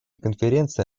конференция